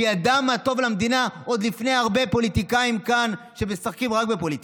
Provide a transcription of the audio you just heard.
שידע מה טוב למדינה עוד לפני הרבה פוליטיקאים כאן שמשחקים רק בפוליטיקה.